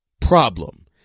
Problem